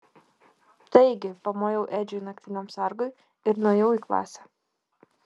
taigi pamojau edžiui naktiniam sargui ir nuėjau į klasę